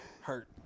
Hurt